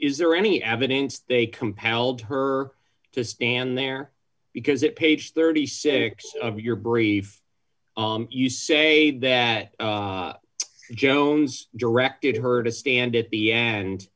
is there any evidence they compelled her to stand there because it page thirty six of your brief you say that jones directed her to stand it be and